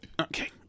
Okay